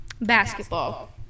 basketball